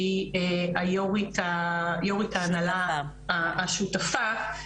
שהיא היו"רית ההנהלה השותפה,